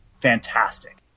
fantastic